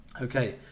Okay